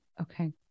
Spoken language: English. okay